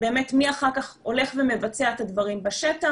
באמת מי אחר כך הולך ומבצע את הדברים בשטח